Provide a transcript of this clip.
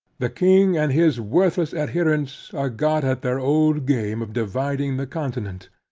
the king and his worthless adherents are got at their old game of dividing the continent,